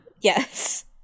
yes